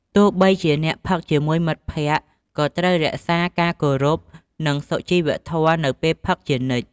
ទោះបីជាអ្នកផឹកជាមួយមិត្តភក្តិ ក៏ត្រូវរក្សាការគោរព និងសុជីវធម៌នៅពេលផឹកជានិច្ច។